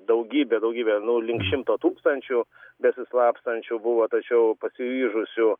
daugybė daugybė nu link šimto tūkstančių besislapstančių buvo tačiau pasiryžusių